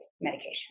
medication